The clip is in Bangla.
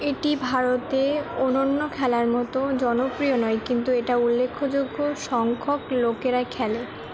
এটি ভারতে অন্যান্য খেলার মতো জনপ্রিয় নয় কিন্তু এটা উল্লেখযোগ্য সংখ্যক লোকেরা খেলে